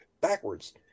backwards